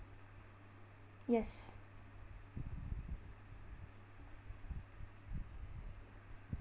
yes